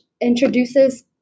introduces